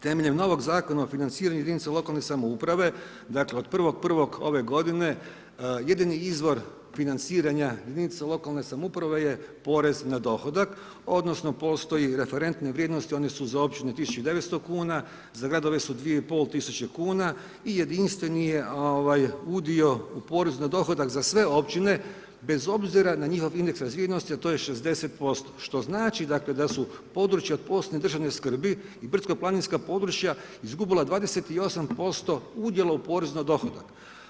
Temeljem novog Zakona o financiranju jedinica lokalne samouprave, dakle od 1.1. ove godine jedini izvor financiranja jedinica lokalne samouprave je porez na dohodak odnosno postoji referentne vrijednosti, one su za općinu 1900 kuna, za gradove su 2500 kuna i jedinstveni je udio u porezu na dohodak za sve općine bez obzira na njihov indeks razvijenosti a to je 60% što znači dakle da su područja od posebne državne skrbi i brdsko-planinska područja, izgubila 28% udjel u porezu na dohodak.